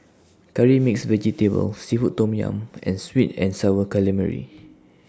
Curry Mixed Vegetable Seafood Tom Yum and Sweet and Sour Calamari